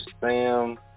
Sam